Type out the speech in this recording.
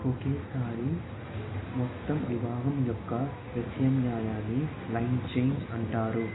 ఒకేసారి మొత్తం విభాగం యొక్క ప్రత్యామ్నాయాన్ని లైన్ చేంజ్ అంటారు